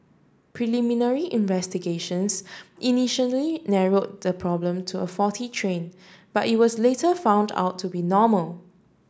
preliminary investigations initially narrowed the problem to a faulty train but it was later found out to be normal